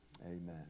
amen